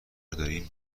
داریم